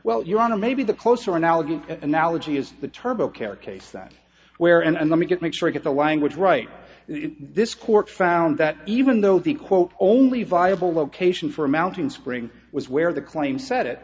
well you want to maybe the closer analogy analogy is the turbo care case where and let me just make sure i get the language right this court found that even though the quote only viable location for a mounting spring was where the claim said